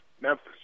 Memphis